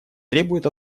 требует